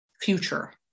future